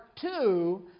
two